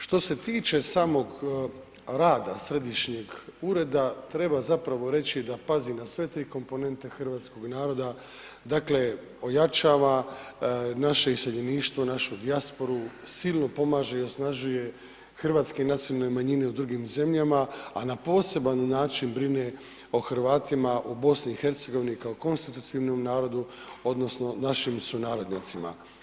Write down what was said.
Što se tiče samog rada središnjeg ureda treba zapravo reći da pazi na sve tri komponente hrvatskog naroda, dakle ojačava naše iseljeništvo, našu dijasporu, silno pomaže i osnažuje hrvatske nacionalne manjine u drugim zemljama, a na poseban način brine o Hrvatima u BiH kao konstitutivnom narodu odnosno našim sunarodnjacima.